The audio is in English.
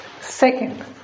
Second